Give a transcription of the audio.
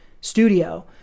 studio